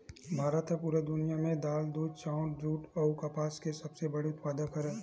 भारत हा पूरा दुनिया में दाल, दूध, चाउर, जुट अउ कपास के सबसे बड़े उत्पादक हरे